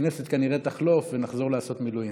הכנסת כנראה תחלוף ונחזור לעשות מילואים.